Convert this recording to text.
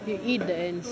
you eat the ants